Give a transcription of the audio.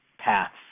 paths